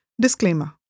Disclaimer